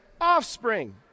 offspring